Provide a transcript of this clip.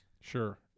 Sure